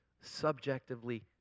subjectively